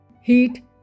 Heat